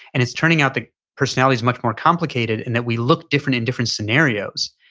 and it's turning out that personality is much more complicated and that we look different in different scenarios.